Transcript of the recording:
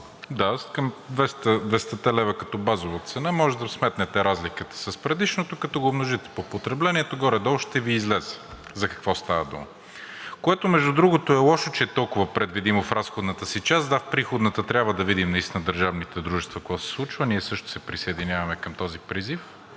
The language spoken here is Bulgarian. Да, 200-те лева като базова цена. Може да сметнете разликата с предишното, като го умножите по потреблението, горе-долу ще Ви излезе за какво става дума, което между другото е лошо, че е толкова предвидимо в разходната си част. Да, в приходната трябва да видим наистина какво се случва с държавните дружества. Ние също се присъединяваме към този призив.